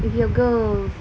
here goes